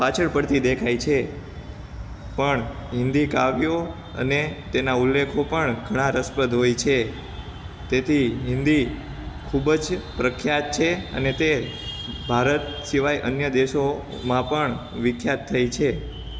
પાછળ પડતી દેખાએ છે પણ હિન્દી કાવ્યો અને તેના ઉલ્લેખો પણ ઘણા રસપ્રદ હોય છે તેથી હિન્દી ખૂબ જ પ્રખ્યાત છે અને તે ભારત સિવાય અન્ય દેસોમાં પણ વિખ્યાત થઈ છે